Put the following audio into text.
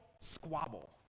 squabble